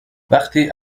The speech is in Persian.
وقتی